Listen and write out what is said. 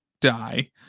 die